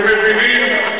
אתם מבינים?